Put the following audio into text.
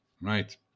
right